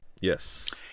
Yes